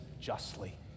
justly